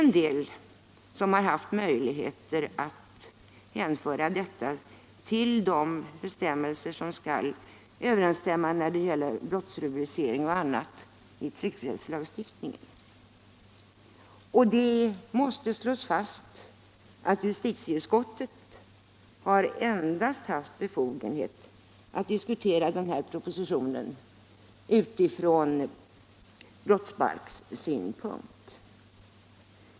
Andra har haft möjligheter att behandla de bestämmelser som skall gälla för brottsrubricering och annat i tryckfrihetslagstiftningen, och det måste slås fast att justitieutskottet endast haft befogenhet att diskutera den här propositionen utifrån brottsbalkssynpunkt.